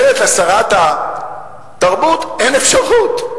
אומרת לה שרת התרבות: אין אפשרות,